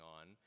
on